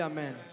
Amen